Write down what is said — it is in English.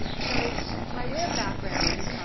so by way of background,